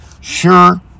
sure